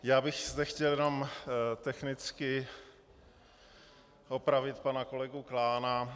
Já bych zde chtěl jenom technicky opravit pana kolegu Klána.